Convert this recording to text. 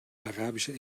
arabische